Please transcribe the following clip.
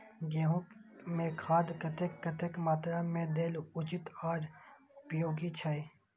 गेंहू में खाद कतेक कतेक मात्रा में देल उचित आर उपयोगी छै?